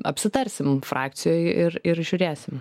apsitarsim frakcijoj ir žiūrėsim